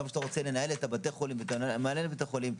גם כשאתה רוצה לנהל את בתי החולים ולתת מענה לבתי החולים,